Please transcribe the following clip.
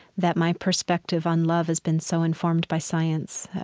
that my perspective on love has been so informed by science.